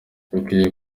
bakwiye